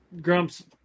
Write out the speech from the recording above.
Grumps